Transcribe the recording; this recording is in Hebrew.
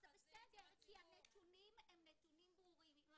זה בסדר, כי הנתונים הם נתונים ברורים.